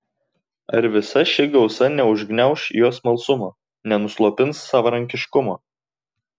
ar visa ši gausa neužgniauš jo smalsumo nenuslopins savarankiškumo